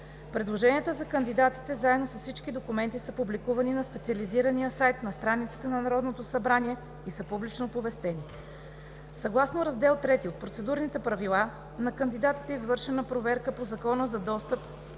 Предложенията за кандидатите заедно с всички документи, са публикувани на специализирания сайт на страницата на Народното събрание и са публично оповестени. Съгласно Раздел III от Процедурните правила на кандидатите е извършена проверка по Закона за достъп